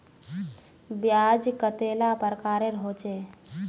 ब्याज कतेला प्रकारेर होचे?